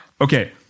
Okay